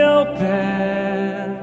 open